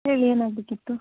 ಹೇಳಿ ಏನಾಗಬೇಕಿತ್ತು